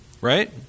right